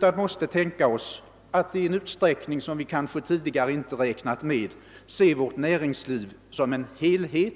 Vi måste tänka oss att i en utsträckning som vi tidigare kanske inte räknat med se vårt näringsliv som en helhet